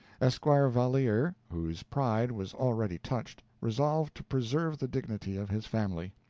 esquire valeer, whose pride was already touched, resolved to preserve the dignity of his family.